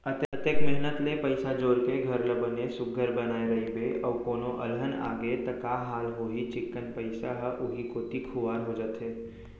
अतेक मेहनत ले पइसा जोर के घर ल बने सुग्घर बनाए रइबे अउ कोनो अलहन आगे त का हाल होही चिक्कन पइसा ह उहीं कोती खुवार हो जाथे